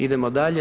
Idemo dalje.